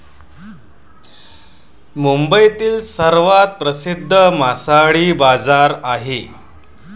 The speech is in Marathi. मुंबईतील सर्वात प्रसिद्ध मासळी बाजार आहे